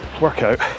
workout